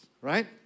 right